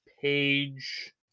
page